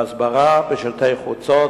בהסברה בשלטי חוצות,